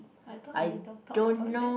I thought you don't talk about that